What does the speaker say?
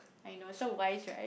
I know so wise right